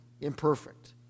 imperfect